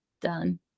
done